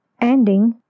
ending